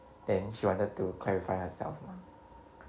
then she wanted to clarify herself mah